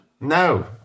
No